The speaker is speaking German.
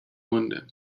munde